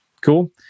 Cool